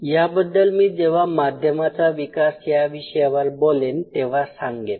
याबद्दल मी जेव्हा माध्यमाचा विकास या विषयावर बोलेन तेव्हा सांगेन